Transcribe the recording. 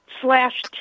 slash